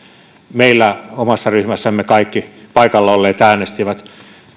meillä omassa ryhmässämme kaikki paikalla olleet äänestivät